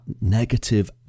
negative